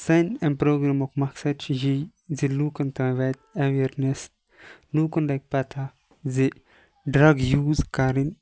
سانہِ امہِ پروگرامُک مَقصَد چھُ یِی زِ لُکَن تام واتہِ ایٚویرنس لُکَن لَگہِ پَتَہہ زِ ڈرگ یُوز کَرٕنۍ